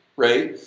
right?